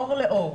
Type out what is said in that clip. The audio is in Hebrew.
עור לעור.